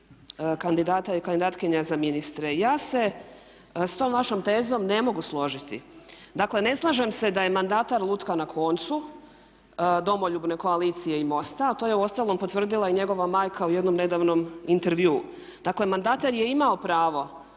kandidata i kandidatkinja za ministre. Ja se s tom vašom tezom ne mogu složiti. Dakle, ne slažem se da je mandatar lutka na koncu Domoljubne koalicije i MOST-a a to je uostalom potvrdila i njegova majka u jednom nedavnom intervjuu. Dakle, mandatar je imao pravo